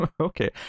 Okay